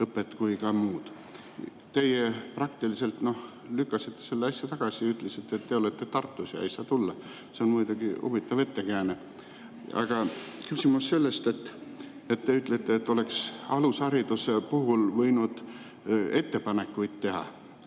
kui ka muud. Teie praktiliselt lükkasite selle asja tagasi, ütlesite, et olete Tartus ja ei saa tulla. See on muidugi huvitav ettekääne. Küsimus on selles, et te ütlete, et oleks alushariduse kohta võinud ettepanekuid teha.